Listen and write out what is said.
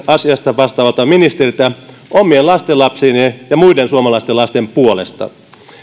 asiasta vastaavalta hallituksen ministeriltä omien lastenlapsieni ja muiden suomalaisten lasten puolesta